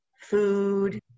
food